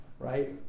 right